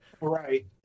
Right